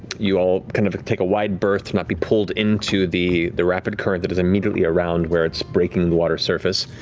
you all kind of take a wide berth to not be pulled into the the rapid current that is immediately around where it's breaking the water's surface.